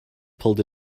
pulled